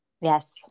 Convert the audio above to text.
Yes